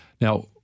Now